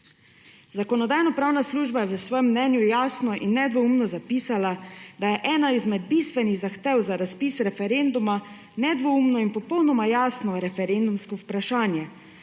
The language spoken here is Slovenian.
Zakonodajno-pravna služba je v svojem mnenju jasno in nedvoumno zapisala, da je ena izmed bistvenih zahtev za razpis referenduma nedvoumno in popolnoma jasno referendumsko vprašanje,